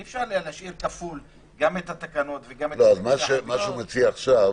אי אפשר להשאיר כפול גם את התקנות וגם --- מה שהוא מציע עכשיו,